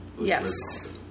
Yes